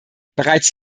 bereits